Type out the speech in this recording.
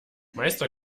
meister